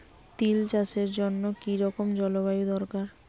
তিল চাষের জন্য কি রকম জলবায়ু দরকার?